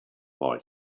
boy